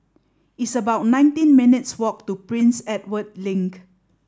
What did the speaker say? it's about nineteen minutes' walk to Prince Edward Link